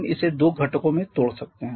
हम इसे दो घटकों में तोड़ सकते हैं